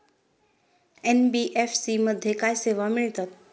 NBFC मध्ये काय सेवा मिळतात?